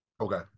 Okay